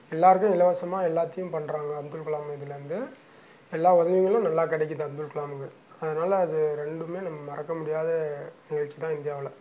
எல்லோருக்கும் இலவசமாக எல்லாத்தையும் பண்ணுறாங்க அப்துல்கலாம் இதுலேந்து எல்லா உதவிங்களும் நல்லா கிடைக்குது அப்துல்கலாமுங்க அதனால அது ரெண்டுமே நம் மறக்க முடியாத நிகழ்ச்சி தான் இந்தியாவில்